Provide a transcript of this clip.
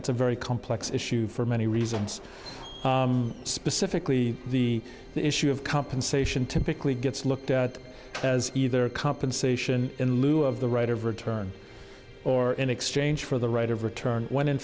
it's a very complex issue for many reasons specifically the issue of compensation typically gets looked at as either compensation in lieu of the right of return or in exchange for the right of return when in